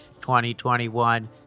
2021